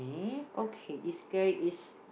okay it's great it's